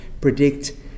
predict